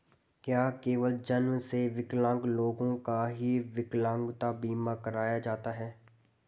क्या केवल जन्म से विकलांग लोगों का ही विकलांगता बीमा कराया जाता है?